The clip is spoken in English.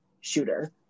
shooter